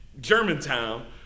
Germantown